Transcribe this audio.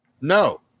No